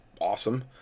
awesome